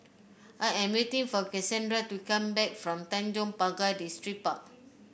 I am waiting for Casandra to come back from Tanjong Pagar Distripark